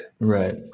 Right